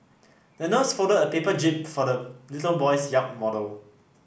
the nurse folded a paper jib for the little boy's yacht model